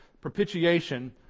propitiation